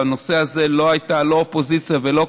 בנושא הזה לא הייתה לא אופוזיציה ולא קואליציה,